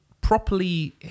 properly